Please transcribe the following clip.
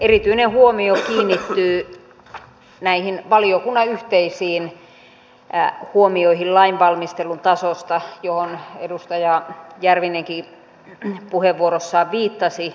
erityinen huomio kiinnittyy näihin valiokunnan yhteisiin huomioihin lainvalmistelun tasosta johon edustaja järvinenkin puheenvuorossaan viittasi